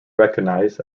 recognized